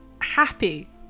happy